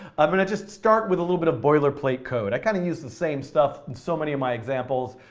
i'm going to just start with a little bit of boilerplate code. i kind of use the same stuff in so many of my examples,